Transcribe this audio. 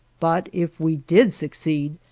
but if we did succeed,